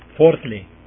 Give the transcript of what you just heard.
Fourthly